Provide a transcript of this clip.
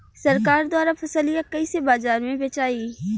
सरकार द्वारा फसलिया कईसे बाजार में बेचाई?